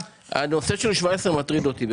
הנושא של 17 מטריד אותי.